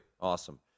Awesome